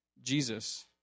Jesus